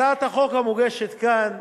הצעת החוק המוגשת כאן